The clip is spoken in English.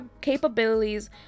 capabilities